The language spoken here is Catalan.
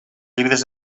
llibres